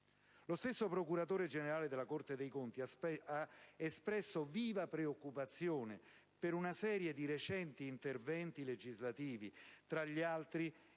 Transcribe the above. Lo stesso procuratore generale della Corte dei conti ha espresso viva preoccupazione per una serie di recenti interventi legislativi, tra gli altri